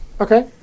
Okay